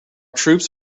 troops